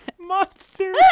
monster